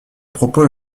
propos